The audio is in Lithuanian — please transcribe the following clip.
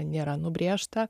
nėra nubrėžta